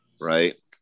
right